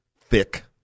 thick